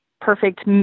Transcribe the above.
perfect